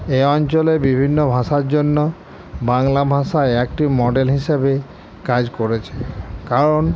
এ অঞ্চলে বিভিন্ন ভাষার জন্য বাংলা ভাষা একটি মডেল হিসোবে কাজ করেছে কারণ